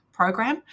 program